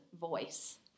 voice